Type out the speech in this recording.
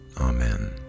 Amen